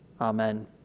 Amen